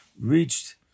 reached